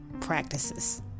practices